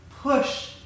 Push